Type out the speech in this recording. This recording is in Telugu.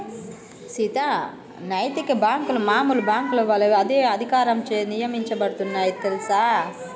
సీత నైతిక బాంకులు మామూలు బాంకుల ఒలే అదే అధికారంచే నియంత్రించబడుతాయి తెల్సా